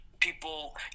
people